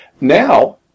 Now